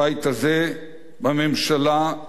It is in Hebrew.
בממשלה ובחיי הציבור,